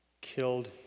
killed